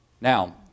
Now